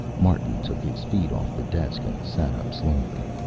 martin took his feet off the desk and sat up slowly.